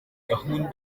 gahunda